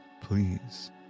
please